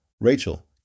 Rachel